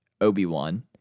Obi-Wan